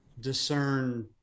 discern